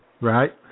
Right